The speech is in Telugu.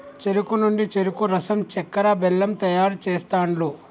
చెరుకు నుండి చెరుకు రసం చెక్కర, బెల్లం తయారు చేస్తాండ్లు